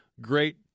Great